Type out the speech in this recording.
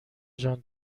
جان